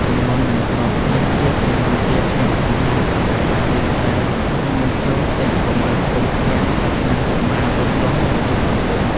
ទម្ងន់មិនគ្រប់ នេះជាទម្ងន់ទាបជាងធម្មតាសម្រាប់អាយុ ដែលរួមបញ្ចូលទាំងកុមារស្គមស្គាំង និងកុមារលូតលាស់មិនគ្រប់កម្ពស់។